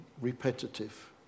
repetitive